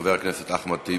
חבר הכנסת אחמד טיבי.